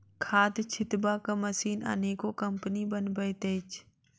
खाद छिटबाक मशीन अनेको कम्पनी बनबैत अछि